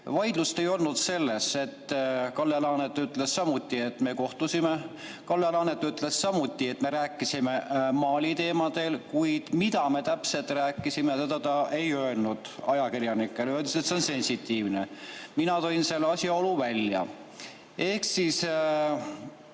Vaidlust ei olnud [kohtumise] üle, Kalle Laanet ütles samuti, et me kohtusime. Kalle Laanet ütles samuti, et me rääkisime Mali teemadel, kuid mida me täpselt rääkisime, seda ta ajakirjanikele ei öelnud, öeldes, et see on sensitiivne. Mina tõin selle asjaolu välja. Ma tahaks